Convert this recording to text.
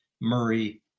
Murray